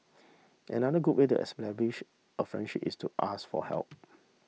another good way to establish a friendship is to ask for help